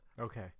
Okay